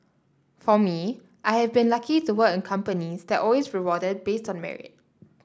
for me I have been lucky to work in companies that always rewarded based on merit